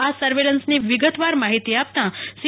આ સર્વેલન્સની વિગતવાર માહિતી આપતાં સી